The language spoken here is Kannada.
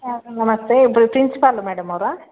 ನಮಸ್ತೇ ಇದು ಪ್ರಿನ್ಸಿಪಾಲ್ ಮೇಡಮ್ ಅವರಾ